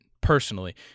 personally